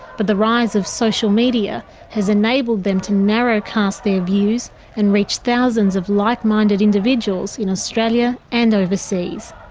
but the rise of social media has enabled them to narrowcast their views and reach thousands of like-minded individuals in australia and overseas.